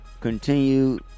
continue